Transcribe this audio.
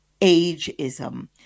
ageism